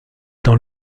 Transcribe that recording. dans